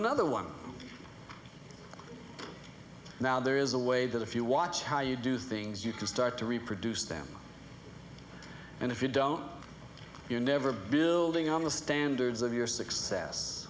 another one now there is a way that if you watch how you do things you can start to reproduce them and if you don't you never building on the standards of your success